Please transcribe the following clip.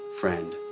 friend